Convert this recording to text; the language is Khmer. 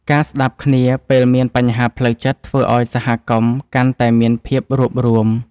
ការស្ដាប់គ្នាពេលមានបញ្ហាផ្លូវចិត្តធ្វើឱ្យសហគមន៍កាន់តែមានភាពរួបរួម។